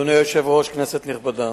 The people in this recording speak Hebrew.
אדוני היושב-ראש, כנסת נכבדה,